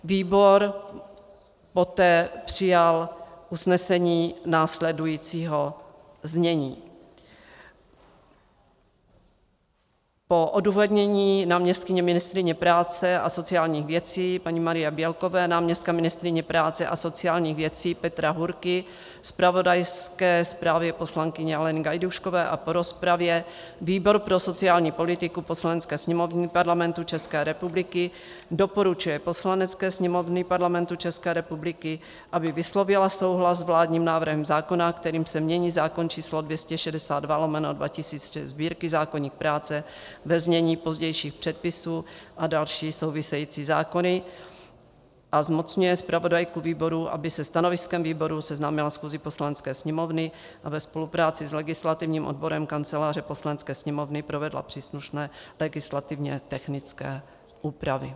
Výbor poté přijal usnesení následujícího znění: Po odůvodnění náměstkyně ministryně práce a sociálních věcí paní Marie Bílkové, náměstka ministryně práce a sociálních věcí Petra Hůrky, zpravodajské zprávě poslankyně Aleny Gajdůškové a po rozpravě výbor pro sociální politiku Poslanecké sněmovny Parlamentu České republiky doporučuje Poslanecké sněmovně Parlamentu České republiky, aby vyslovila souhlas s vládním návrhem zákona, kterým se mění zákon č. 262/2006 Sb., zákoník práce, ve znění pozdějších předpisů, a další související zákony, a zmocňuje zpravodajku výboru, aby se stanoviskem výboru seznámila schůzi Poslanecké sněmovny a ve spolupráci s legislativním odborem Kanceláře Poslanecké sněmovny provedla příslušné legislativně technické úpravy.